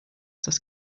das